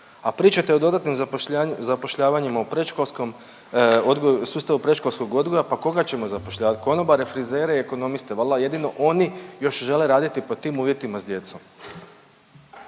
a pričate o dodatnim zapošljavanjima u predškolskom odgoju, sustavu predškolskog odgoja, pa koga ćemo zapošljavati? Konobare, frizere i ekonomiste? Valjda jedino oni još žele raditi pod tim uvjetima s djecom.